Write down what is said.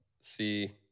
see